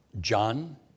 John